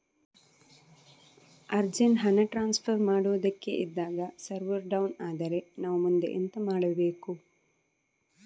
Urgent ಹಣ transfer ಮಾಡೋದಕ್ಕೆ ಇದ್ದಾಗ ಸರ್ವರ್ ಡೌನ್ ಆದರೆ ನಾವು ಮುಂದೆ ಎಂತ ಮಾಡಬೇಕು?